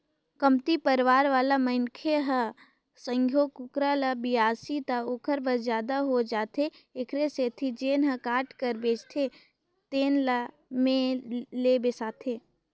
कमती परवार वाला मनखे ह सइघो कुकरा ल बिसाही त ओखर बर जादा हो जाथे एखरे सेती जेन ह काट कर बेचथे तेन में ले बिसाथे